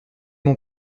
mon